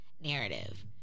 narrative